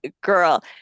girl